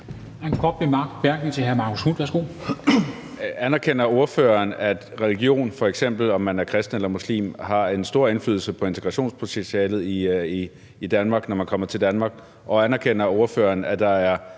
Anerkender ordføreren, at religion, f.eks. om man er kristen eller muslim, har en stor indflydelse på integrationspotentialet i Danmark, altså når man kommer til Danmark, og anerkender ordføreren, at der er